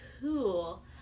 cool